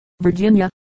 Virginia